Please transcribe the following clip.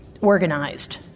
organized